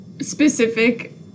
specific